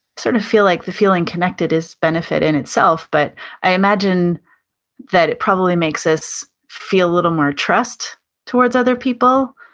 sort of feel like the feeling connected is benefit in itself, but i imagine that it probably makes us feel a little more trust towards other people.